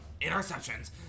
interceptions